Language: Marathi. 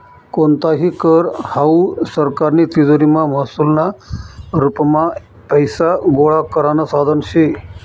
कोणताही कर हावू सरकारनी तिजोरीमा महसूलना रुपमा पैसा गोळा करानं साधन शे